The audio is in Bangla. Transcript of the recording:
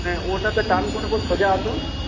হ্যাঁ ওটাতে টান করে পর সোজা আসুন